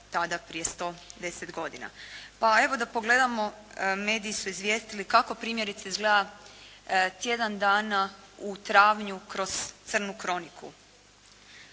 tada prije 110 godina. Pa evo da pogledamo, mediji su izvijestili kako primjerice izgleda tjedan dana u travnju kroz crnu kroniku.